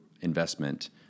investment